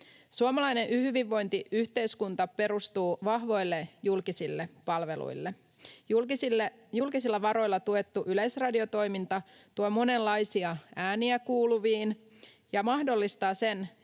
Suomalainen hyvinvointiyhteiskunta perustuu vahvoille julkisille palveluille. Julkisilla varoilla tuettu yleisradiotoiminta tuo monenlaisia ääniä kuuluviin ja mahdollistaa sen,